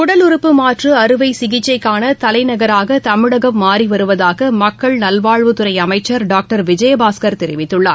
உடல் உறுப்பு மாற்றுஅறுவைசிகிச்சைக்கானதலைநகராகதமிழகம் மாறிவருவதாகமக்கள் நல்வாழ்வுத் துறைஅமைச்சர் டாக்டர் விஜயபாஸ்கர் தெரிவித்துள்ளார்